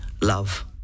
love